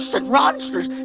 and monsters.